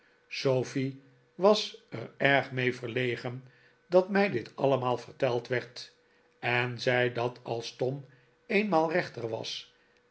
sofie was er erg mee verlegen dat mij dit allemaal verteld werd en zei dat als tom eenmaal rechter was